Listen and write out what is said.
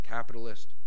Capitalist